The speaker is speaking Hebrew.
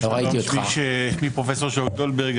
שמי פרופ' שאול דולברג,